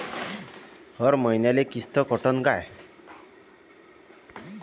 हर मईन्याले किस्त कटन का?